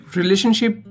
relationship